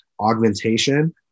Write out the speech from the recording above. augmentation